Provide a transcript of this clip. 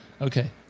Okay